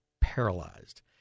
paralyzed